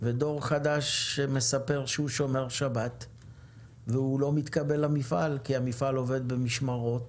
ודור חדש שמספר שהוא שומר שבת לא מתקבל למפעל כי המפעל עובד במשמרות.